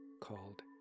called